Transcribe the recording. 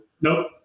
Nope